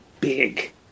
big